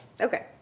okay